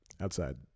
outside